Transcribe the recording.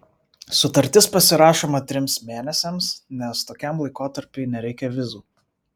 sutartis pasirašoma trims mėnesiams nes tokiam laikotarpiui nereikia vizų